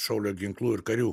šaulio ginklų ir karių